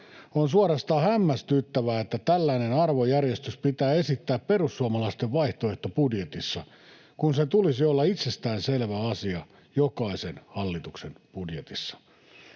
On suorastaan hämmästyttävää, että tällainen arvojärjestys pitää esittää perussuomalaisten vaihtoehtobudjetissa, kun sen tulisi olla itsestäänselvä asia jokaisen hallituksen budjetissa.